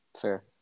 fair